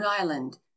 Island